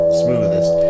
smoothest